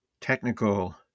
technical